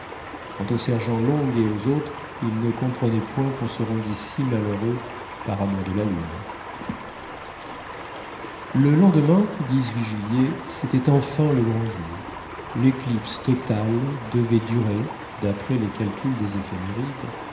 quant au sergent long et aux autres ils ne comprenaient point qu'on se rendît si malheureux par amour de la lune le lendemain juillet c'était enfin le grand jour l'éclipse totale devait durer d'après les calculs des éphémérides